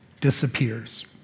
disappears